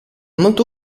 molto